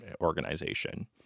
organization